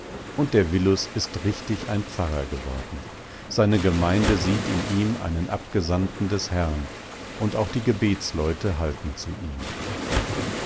und der willus ist richtig ein pfarrer geworden seine gemeinde sieht in ihm einen abgesandten des herrn und auch die gebetsleute halten zu ihm